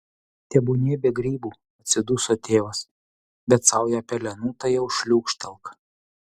tebūnie be grybų atsiduso tėvas bet saują pelenų tai jau šliūkštelk